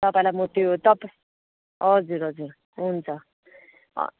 तपाईँलाई म त्यो तपाईँ हजुर हजुर हुन्छ